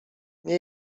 nie